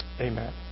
amen